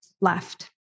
left